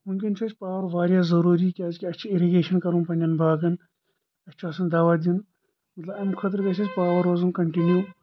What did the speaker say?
وٕنکٮ۪ن چُھ اَسہِ پاوَر واریاہ ضروری کیازکہِ اسہِ چھُ اِرِگیشَن کَرُن پَننٮ۪ن باغَن اسہِ چھُ آسَان دَوا دِیُن مطلَب امہِ خٲطرٕ گَژھِ اسہِ پاوَر روزُن کَنٹِنیوٗ